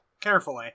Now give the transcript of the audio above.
Carefully